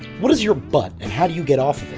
what is your but and how do you get off of it?